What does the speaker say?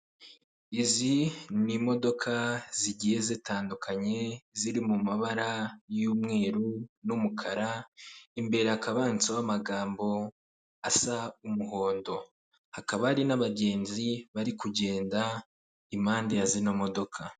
Izi ni imodoka zigiye zitandukanye ziri mu mabara y'umweru n'umukara, imbere hakaba handitseho amagambo asa umuhondo hakaba hari n'abagenzi bari kugenda impande ya zino modoka.